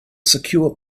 secure